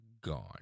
Gone